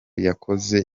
yakoze